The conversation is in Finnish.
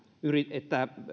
että